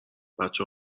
بچه